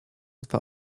dwa